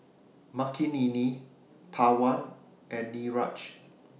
Makineni Pawan and Niraj